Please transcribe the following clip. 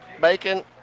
bacon